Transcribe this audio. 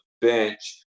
bench